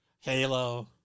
Halo